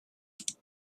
tierra